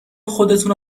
خودتونو